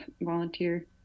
volunteer